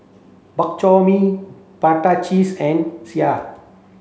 Bak Chor Mee Prata Cheese and Sireh